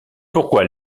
pourquoi